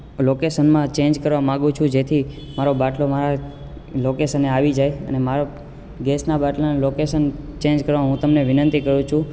લોકેશનમાં ચેન્જ કરવા માંગુ છું જેથી મારો બાટલો લોકેશને આવી જાયે અને મારો ગેસના બાટલાના લોકેશન ચેન્જ કરવા હું તમને વિનતિ કરું છું